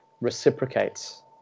reciprocates